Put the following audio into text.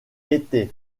étaient